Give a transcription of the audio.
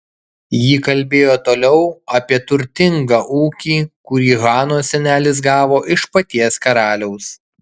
ji kalbėjo toliau apie turtingą ūkį kurį hanos senelis gavo iš paties karaliaus